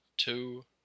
two